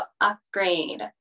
upgrade